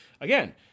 again